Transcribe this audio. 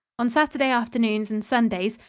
on saturday afternoons and sundays,